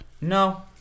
No